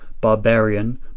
barbarian